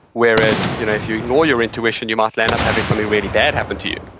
whereas you know if you ignore your intuition, you might land up having something really bad happen to you